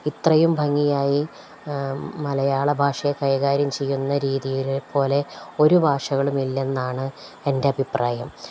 ഇത്രയും ഭംഗിയായി മലയാള ഭാഷയെ കൈകാര്യം ചെയ്യുന്ന രീതിയിൽ പോലെ ഒരു ഭാഷകളുമില്ലെന്നാണ് എൻ്റെ അഭിപ്രായം